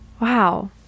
Wow